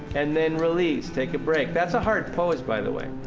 and then release. take a break. that's a hard pose, by the way